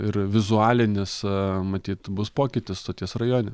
ir vizualinis matyt bus pokytis stoties rajone